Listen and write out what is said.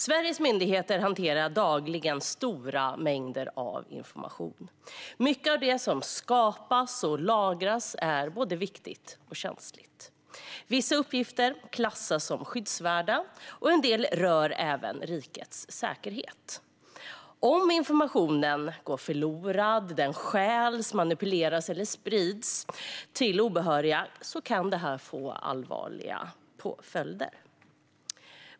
Sveriges myndigheter hanterar dagligen stora mängder information. Mycket av det som skapas och lagras är både viktigt och känsligt. Vissa uppgifter klassas som skyddsvärda, och en del rör även rikets säkerhet. Om informationen går förlorad, stjäls, manipuleras eller sprids till obehöriga kan det få allvarliga följder.